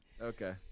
okay